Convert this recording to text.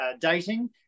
dating